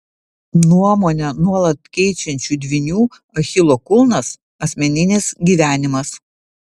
nuomonę nuolat keičiančių dvynių achilo kulnas asmeninis gyvenimas